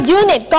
unit